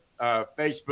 Facebook